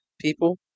people